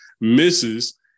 Misses